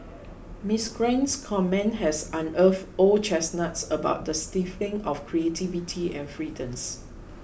Miss Gwen's comment has unearthed old chestnuts about the stifling of creativity and freedoms